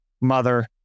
mother